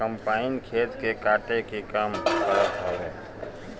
combine खेत के काटे के काम करत हवे